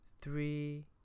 three